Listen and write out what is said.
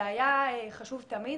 זה היה חשוב תמיד,